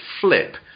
flip